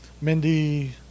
Mindy